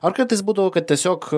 ar kartais būdavo kad tiesiog